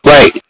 Right